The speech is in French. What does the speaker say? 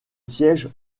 siège